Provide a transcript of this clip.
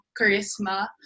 charisma